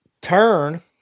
turn